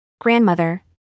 Grandmother